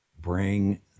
Bring